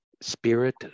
spirit